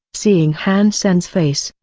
seeing han sen's face,